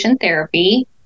therapy